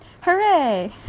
hooray